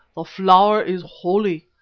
the flower is holy.